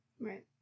right